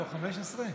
לא 15?